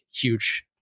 huge